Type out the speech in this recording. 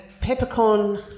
peppercorn